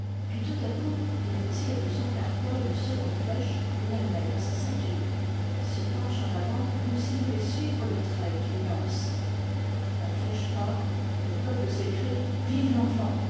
puis tout à coup il tire de son carquois une seconde flèche et la met dans sa ceinture h se penche en avant comme s'il voûtait suivre le trait qu'il lance la ftèehe part le peuple s'écrie